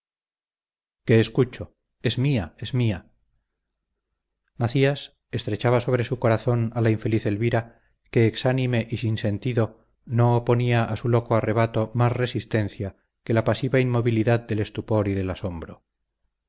qué escucho es mía es mía macías estrechaba sobre su corazón a la infeliz elvira que exánime y sin sentido no oponía a su loco arrebato más resistencia que la pasiva inmovilidad del estupor y del asombro